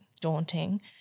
daunting